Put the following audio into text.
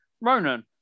Ronan